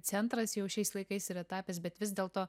centras jau šiais laikais yra tapęs bet vis dėlto